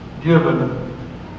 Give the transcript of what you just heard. given